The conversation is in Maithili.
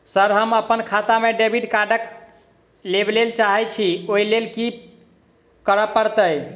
सर हम अप्पन खाता मे डेबिट कार्ड लेबलेल चाहे छी ओई लेल की परतै?